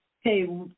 Hey